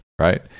right